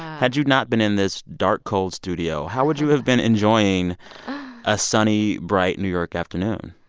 had you not been in this dark, cold studio, how would you have been enjoying a sunny, bright new york afternoon?